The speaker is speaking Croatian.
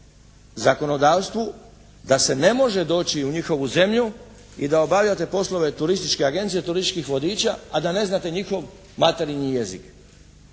zakonodavstvu da se ne može doći u njihovu zemlju i da obavljate poslove turističke agencije, turističkih vodiča a da ne znate njihov materinji jezik.